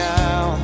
now